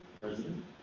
president